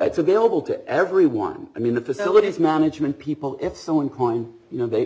it's available to everyone i mean the facilities management people if someone can you know they